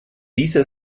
dieser